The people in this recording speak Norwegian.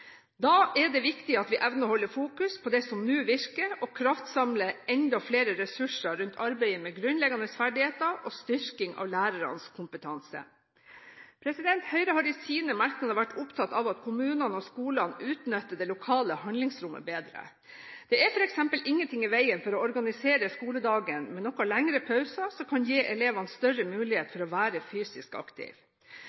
Da er det viktig at vi evner å holde fokus på det som nå virker, og kraftsamler enda flere ressurser i arbeidet med grunnleggende ferdigheter, og styrking av lærernes kompetanse. Høyre har i sine merknader vært opptatt av at kommunene og skolene utnytter det lokale handlingsrommet bedre. Det er f.eks. ingenting i veien for å organisere skoledagen med noe lengre pauser, som kan gi elevene større mulighet